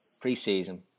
pre-season